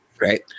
Right